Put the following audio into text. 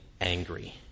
angry